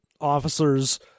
officers